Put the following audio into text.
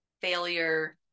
failure